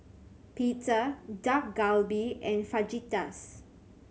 Pizza Dak Galbi and Fajitas